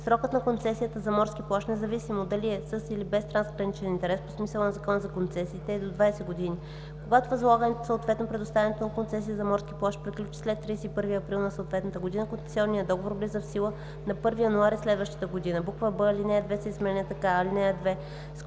Срокът на концесията за морски плаж, независимо дали е със или без трансграничен интерес по смисъла на Закона за концесиите, е до 20 години. Когато възлагането, съответно предоставянето на концесия за морски плаж приключи след 31 април на съответната година, концесионният договор влиза в сила на първи януари следващата година.“; б) алинея 2 се изменя така: „(2)